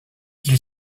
qu’il